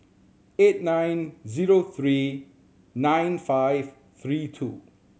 eight nine zero three nine five three two